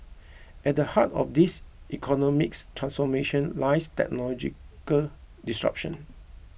at the heart of this economics transformation lies technological disruption